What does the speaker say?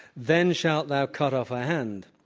then shalt thou cut off her hand.